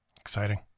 Exciting